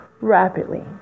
rapidly